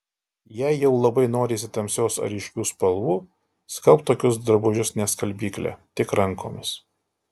jei jau labai norisi tamsios ar ryškių spalvų skalbk tokius drabužius ne skalbykle tik rankomis